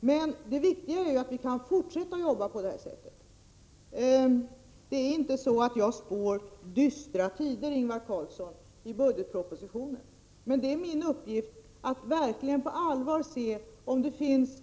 Men det viktiga är att vi kan fortsätta att jobba på det här sättet. Det är inte så att jag i budgetpropositionen spår dystra tider, Ingvar Karlsson i Bengtsfors. Men det är min uppgift att verkligen på allvar se om det finns